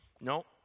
No